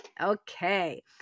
Okay